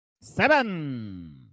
Seven